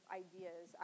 ideas